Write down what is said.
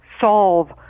solve